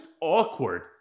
awkward